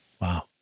Wow